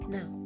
Now